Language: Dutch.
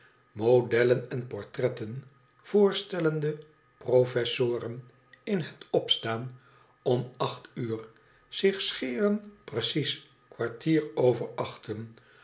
modellen en portretten voorstellende professoren in het opstaan om acht qor zich scheren precies kwartier over achten